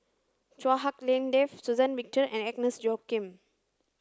Chua Hak Lien Dave Suzann Victor and Agnes Joaquim